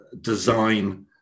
design